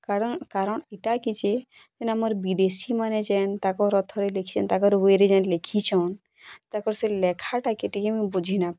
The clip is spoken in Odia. କାରଣ କାରଣ୍ ଇଟା କି ଯେ ଯେନ୍ ଆମର୍ ବିଦେଶୀମାନେ ଯେନ୍ ତାଙ୍କର୍ ଅଥର୍ରେ ଲେଖିଛନ୍ ତାଙ୍କର୍ ୱେରେ ଯେନ୍ ଲେଖିଛନ୍ ତାଙ୍କର୍ ସେ ଲେଖାଟା କି ଟିକେ ମୁଇଁ ବୁଝିନାଇଁପାରଲି